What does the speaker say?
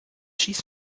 schieß